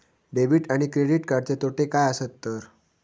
Debit आणि credit कार्डचे तोटे काय आसत तर?